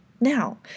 Now